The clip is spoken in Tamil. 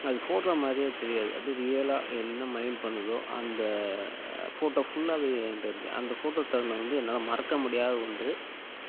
அது ஃபோட்டோ மாதிரியே தெரியாது அப்படியே ரியலாக என்ன மயில் பண்ணுதோ அந்த ஃபோட்டோ ஃபுல்லாகவே ஏன்கிட்ட இருக்கு அந்த ஃபோட்டோ தருணம் வந்து என்னால் மறக்கமுடியாத ஒன்று